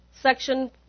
section